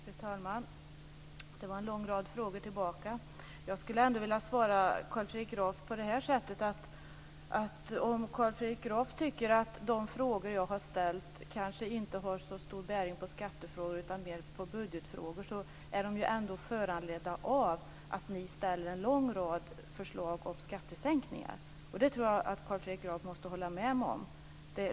Fru talman! Det var en lång rad frågor jag fick tillbaka. Jag skulle vilja svara Carl Fredrik Graf på det sättet att om Carl Fredrik Graf tycker att de frågor jag har ställt kanske inte har så stor bäring på skattefrågor utan mer på budgetfrågor är de ändå föranledda av att ni lägger fram en lång rad förslag om skattesänkningar. Det tror jag att Carl Fredrik Graf måste hålla med mig om.